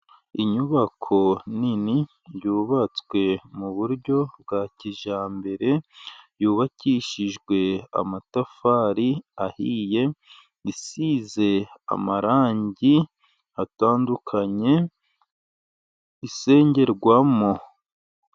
Inyubako nini, yubatswe mu buryo bwa kijyambere, yubakishijwe amatafari ahiye, isize amarangi atandukanye, isengerwamo.